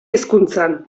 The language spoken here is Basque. hezkuntzan